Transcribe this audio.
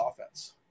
offense